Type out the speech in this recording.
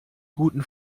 guten